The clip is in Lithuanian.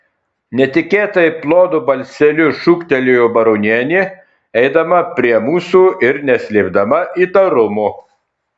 netikėtai plonu balseliu šūktelėjo baronienė eidama prie mūsų ir neslėpdama įtarumo